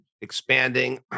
expanding